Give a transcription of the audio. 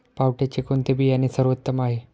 पावट्याचे कोणते बियाणे सर्वोत्तम आहे?